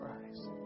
Christ